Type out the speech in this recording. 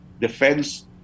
defense